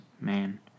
man